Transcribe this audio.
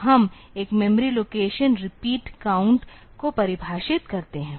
तो हम एक मेमोरी लोकेशन रिपीट काउंट को परिभाषित करते हैं